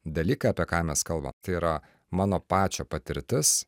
dalykai apie ką mes kalbam tai yra mano pačio patirtis